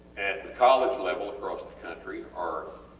at the college level across the country, are